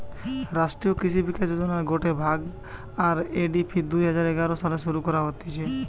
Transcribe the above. রাষ্ট্রীয় কৃষি বিকাশ যোজনার গটে ভাগ, আর.এ.ডি.পি দুই হাজার এগারো সালে শুরু করা হতিছে